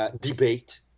debate